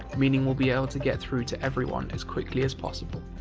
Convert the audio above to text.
meaning we'll be able to get through to everyone as quickly as possible.